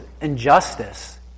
injustice